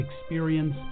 experience